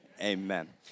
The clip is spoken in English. amen